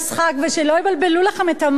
ושלא יבלבלו לכם את המוח.